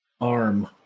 arm